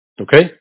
Okay